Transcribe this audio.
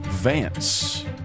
Vance